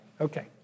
Okay